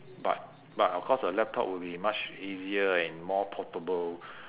but but of course your laptop will much easier and more portable